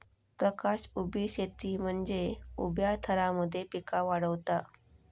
प्रकाश उभी शेती म्हनजे उभ्या थरांमध्ये पिका वाढवता